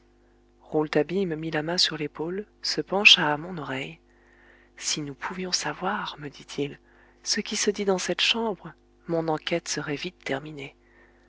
rouletabille me mit la main sur l'épaule se pencha à mon oreille si nous pouvions savoir me dit-il ce qui se dit dans cette chambre mon enquête serait vite terminée